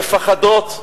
הן מפחדות.